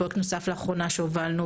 פרויקט נוסף שהובלנו לאחרונה,